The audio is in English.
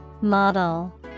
Model